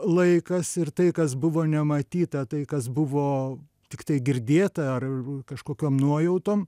laikas ir tai kas buvo nematyta tai kas buvo tiktai girdėta ar kažkokiom nuojautom